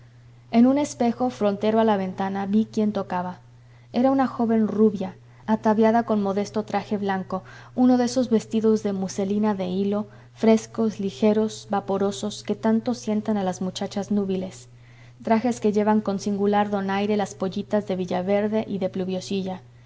en un espejo frontero a la ventana vi quién tocaba era una joven rubia ataviada con modesto traje blanco uno de esos vestidos de muselina de hilo frescos ligeros vaporosos que tanto sientan a las muchachas núbiles trajes que llevan con singular donaire las pollitas de villaverde y de pluviosilla